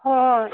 ꯍꯣꯏ ꯍꯣꯏ